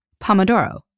Pomodoro